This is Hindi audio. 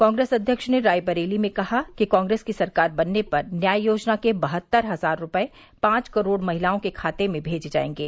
कांग्रेस अध्यक्ष ने रायबरेली में कहा कि कांग्रेस की सरकार बनने पर न्याय योजना के बहत्तर हजार रूपये पांच करोड़ महिलाओं के खाते में भेजे जायेंगे